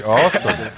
awesome